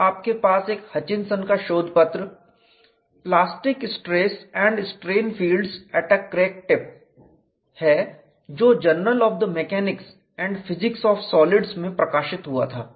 और आपके पास एक हचिंसन का शोध पत्र plastic stress and strain fields at a crack tip 'Plastic stress and strain fields at a crack tip' है जो journal of the mechanics and physics of solids में प्रकाशित हुआ था